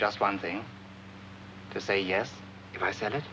just one thing to say yes i said